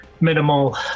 minimal